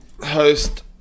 host